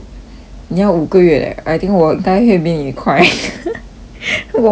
你要五个月 leh I think 我应该会比你快 我买